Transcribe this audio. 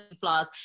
flaws